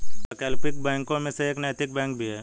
वैकल्पिक बैंकों में से एक नैतिक बैंक भी है